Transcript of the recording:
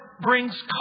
brings